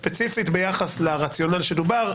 אבל ספציפית ביחס לרציונל שדובר,